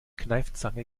kneifzange